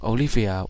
Olivia